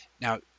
Now